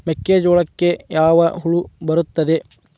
ಮೆಕ್ಕೆಜೋಳಕ್ಕೆ ಯಾವ ಹುಳ ಬರುತ್ತದೆ?